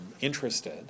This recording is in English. interested